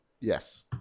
Yes